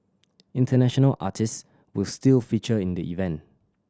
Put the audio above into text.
international artist will still feature in the event